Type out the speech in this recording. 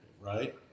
right